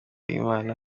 n’imana